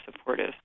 supportive